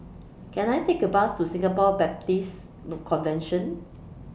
Can I Take A Bus to Singapore Baptist Convention